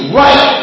right